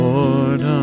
Lord